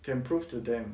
can prove to them